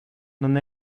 non